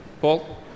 Paul